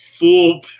Full